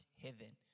heaven